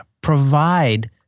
provide